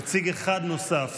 נציג אחד נוסף